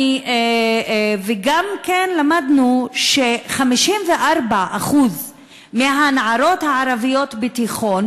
גם למדנו ש-54% מהנערות הערביות בתיכון